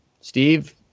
Steve